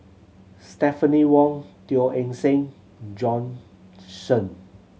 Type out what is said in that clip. Stephanie Wong Teo Eng Seng Bjorn Shen